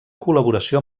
col·laboració